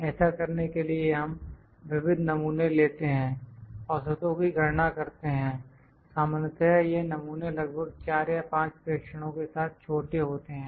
ऐसा करने के लिए हम विविध नमूने लेते हैं औसतों की गणना करते हैं सामान्यतया यह नमूने लगभग 4 या 5 प्रेक्षणों के साथ छोटे होते हैं